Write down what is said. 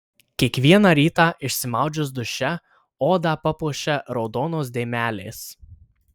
kiekvieną rytą išsimaudžius duše odą papuošia raudonos dėmelės